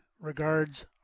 Regards